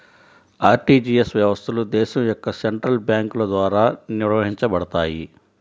RTGS వ్యవస్థలు దేశం యొక్క సెంట్రల్ బ్యేంకుల ద్వారా నిర్వహించబడతయ్